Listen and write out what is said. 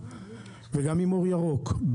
עם אור ירוק,